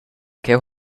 cheu